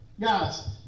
Guys